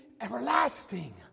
everlasting